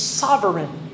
sovereign